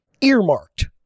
Earmarked